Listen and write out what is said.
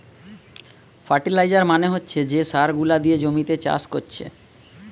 fertiliser মানে হচ্ছে যে সার গুলা দিয়ে জমিতে চাষ কোরছে